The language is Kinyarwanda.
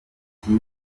ikipe